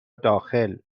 داخل